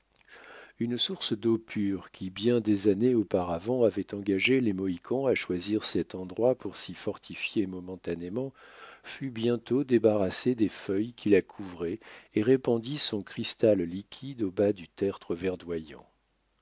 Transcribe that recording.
une source d'eau pure qui bien des années auparavant avait engagé les mohicans à choisir cet endroit pour s'y fortifier momentanément fut bientôt débarrassée des feuilles qui la couvraient et répandit son cristal liquide au bas du tertre verdoyant